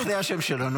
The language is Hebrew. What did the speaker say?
ברח לי השם שלו.